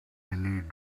need